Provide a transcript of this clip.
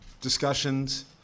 discussions